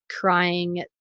crying